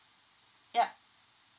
ya